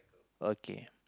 okay